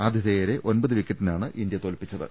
ആതിഥേയരെ ഒമ്പത് വിക്കറ്റിനാണ് ഇന്ത്യ തോൽപ്പിച്ചത്